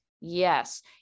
Yes